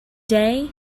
day